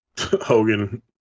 hogan